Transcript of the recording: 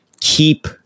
keep